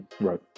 right